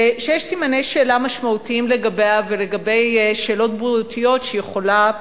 ויש סימני שאלה משמעותיים לגביה ולגבי שאלות בריאותיות שהיא יכולה,